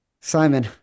Simon